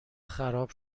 خراب